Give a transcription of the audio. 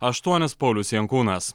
aštuonis paulius jankūnas